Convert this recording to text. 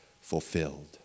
fulfilled